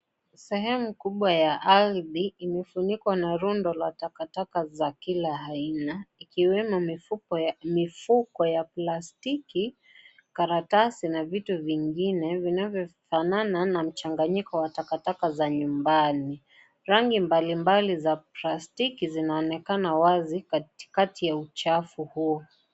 Sehemu kubwa ya ardhi, imefunikwa na rundo ya takataka za kila aina, ikiwemo mifuko ya plastiki, karatasi na vitu vingine vinavyo fanana na mchanganyiko wa takataka za nyumbani. Rangi mbalimbali za plastiki zinaonekana wazi katikati ya uchafu huo.